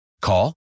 Call